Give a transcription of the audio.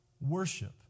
worship